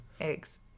Eggs